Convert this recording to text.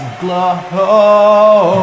glow